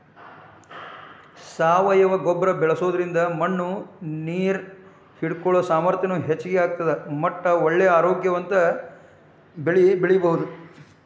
ಸಾವಯವ ಗೊಬ್ಬರ ಬಳ್ಸೋದ್ರಿಂದ ಮಣ್ಣು ನೇರ್ ಹಿಡ್ಕೊಳೋ ಸಾಮರ್ಥ್ಯನು ಹೆಚ್ಚ್ ಆಗ್ತದ ಮಟ್ಟ ಒಳ್ಳೆ ಆರೋಗ್ಯವಂತ ಬೆಳಿ ಬೆಳಿಬಹುದು